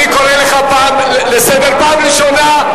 אני קורא אותך לסדר פעם ראשונה.